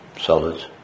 solids